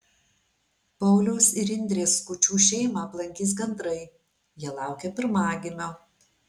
pauliaus ir indrės skučų šeimą aplankys gandrai jie laukia pirmagimio